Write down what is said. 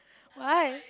why